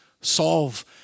solve